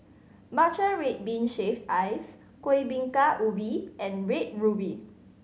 matcha red bean shaved ice Kueh Bingka Ubi and Red Ruby